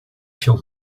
kill